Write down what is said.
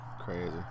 Crazy